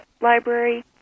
library